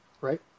right